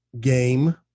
game